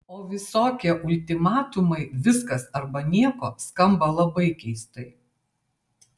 o visokie ultimatumai viskas arba nieko skamba labai keistai